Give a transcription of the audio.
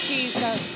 Jesus